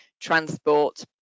transport